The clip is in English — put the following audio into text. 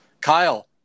Kyle